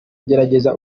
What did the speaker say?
gerageza